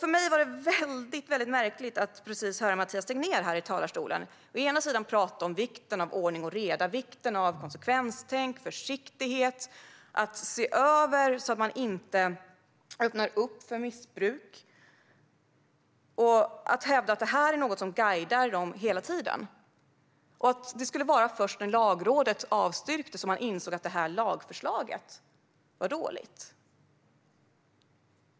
För mig var det väldigt märkligt att nyss höra Mathias Tegnér här i talarstolen prata om vikten av ordning och reda och vikten av konsekvenstänk och försiktighet och samtidigt säga att man ska se över detta så att man inte öppnar för missbruk och att det här är något som guidar dem hela tiden. Det skulle ha varit först när Lagrådet avstyrkte som man insåg att det här lagförslaget var dåligt.